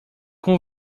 com